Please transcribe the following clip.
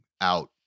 out